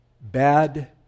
bad